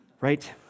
right